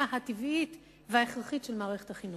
הטבעית וההכרחית של מערכת החינוך.